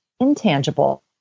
intangible